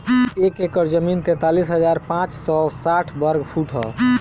एक एकड़ जमीन तैंतालीस हजार पांच सौ साठ वर्ग फुट ह